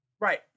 Right